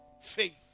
faith